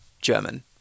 German